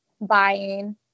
buying